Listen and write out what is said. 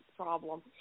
problem